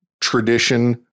tradition